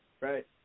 Right